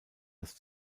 das